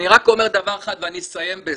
אני רק אומר דבר אחד ואני אסיים בזה,